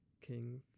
king